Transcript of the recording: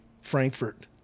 Frankfurt